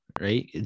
right